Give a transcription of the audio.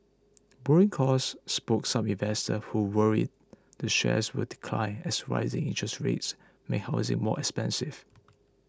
borrowing costs spooked some investors who worry the shares will decline as rising interest rates make housing more expensive